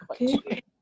okay